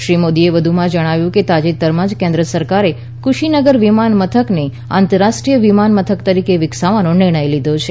શ્રી મોદીએ વધુમાં જણાવ્યું કે તાજેતરમાં કેન્દ્ર સરકારે કુશીનગર વિમાન મથકને આંતરરાષ્ટ્રીય વિમન મથક તરીકે વિકસાવવાનો નિર્ણય લીધો છે